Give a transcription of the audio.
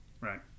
Right